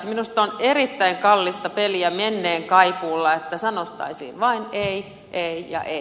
minusta on erittäin kallista peliä menneen kaipuulla että sanottaisiin vain ei ei ja ei